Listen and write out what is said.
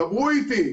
דברו איתי.